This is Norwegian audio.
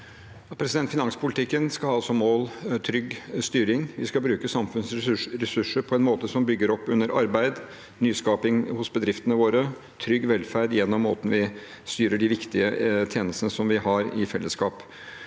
Fi- nanspolitikken skal ha trygg styring som mål. Vi skal bruke samfunnets ressurser på en måte som bygger opp under arbeid, nyskaping hos bedriftene våre og trygg velferd gjennom måten vi styrer de viktige tjenestene vi har i fellesskap.